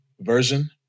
version